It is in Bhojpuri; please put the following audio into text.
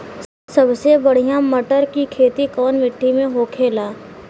सबसे बढ़ियां मटर की खेती कवन मिट्टी में होखेला?